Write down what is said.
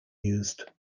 used